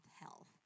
health